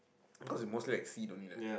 because they mostly like seed only right